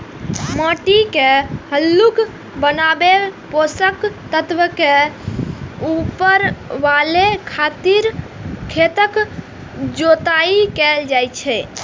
माटि के हल्लुक बनाबै, पोषक तत्व के ऊपर लाबै खातिर खेतक जोताइ कैल जाइ छै